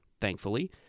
Thankfully